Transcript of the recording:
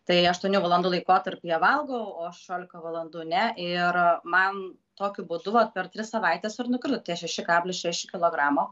tai aštuonių valandų laikotarpyje valgau o šešiolika valandų ne ir man tokiu būdu vat per tris savaites ir nukrito tie šeši kablis šeši kilogramo